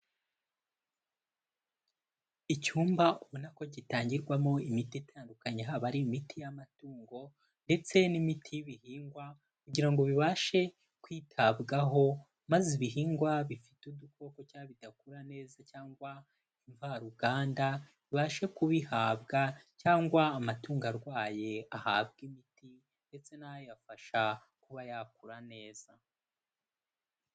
Icyumba ubona ko gitangirwamo imiti itandukanye, haba ari imiti y'amatungo ndetse n'imiti y'ibihingwa kugira ngo bibashe kwitabwaho, maze ibihingwa bifite udukoko cyangwa bidakura neza cyangwa imvaruganda bibashe kubihabwa cyangwa amatungo arwaye ahabwa imiti ndetse n'ayafasha kuba yakura neza.